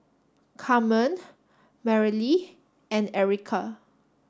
Carmen Mareli and Erica